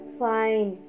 fine